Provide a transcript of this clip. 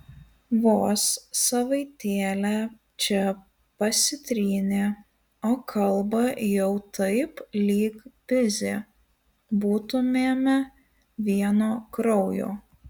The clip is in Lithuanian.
vos savaitėlę čia pasitrynė o kalba jau taip lyg pizė būtumėme vieno kraujo